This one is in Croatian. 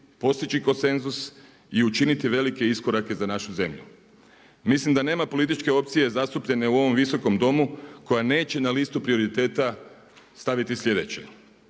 postići konsenzus i učiniti velike iskorake za našu zemlju. Mislim da nema političke opcije zastupljene u ovom Visokom domu koja neće na listu prioriteta staviti sljedeće,